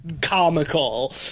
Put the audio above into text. comical